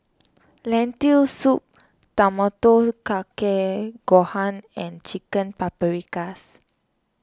Lentil Soup Tamago Kake Gohan and Chicken Paprikas